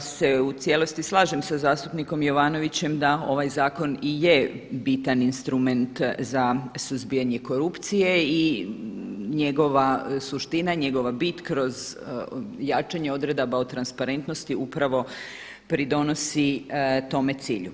se u cijelosti slažem sa zastupnikom Jovanovićem da ovaj zakon i je bitan instrument za suzbijanje korupcije i njegova suština, njegova bit kroz jačanje odredaba o transparentnosti upravo pridonosi tome cilju.